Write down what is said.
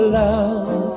love